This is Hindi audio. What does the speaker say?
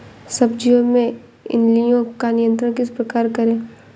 सब्जियों में इल्लियो का नियंत्रण किस प्रकार करें?